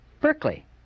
Berkeley